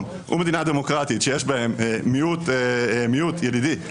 וכמדינות דמוקרטיות שיש בהן מיעוט ילידי,